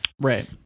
Right